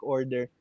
Order